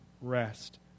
rest